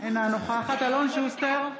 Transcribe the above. אינה נוכחת אלון שוסטר,